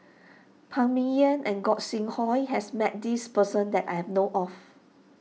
Phan Ming Yen and Gog Sing Hooi has met this person that I have know of